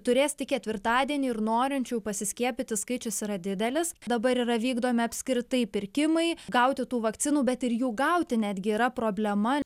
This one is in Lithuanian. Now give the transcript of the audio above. turės tik ketvirtadienį ir norinčiųjų pasiskiepyti skaičius yra didelis dabar yra vykdomi apskritai pirkimai gauti tų vakcinų bet ir jų gauti netgi yra problema